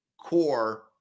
core